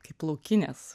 kaip laukinės